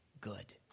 good